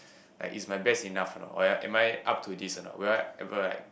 like it's my best enough or not or I am I up to this or not will I ever like